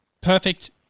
Perfect